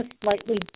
slightly